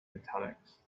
italics